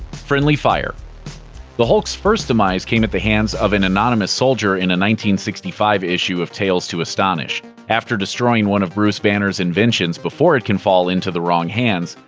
friendly fire the hulk's first demise came at the hands of an anonymous soldier in a sixty five issue of tales to astonish. after destroying one of bruce banner's inventions before it can fall into the wrong hands,